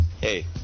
hey